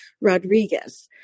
Rodriguez